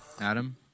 Adam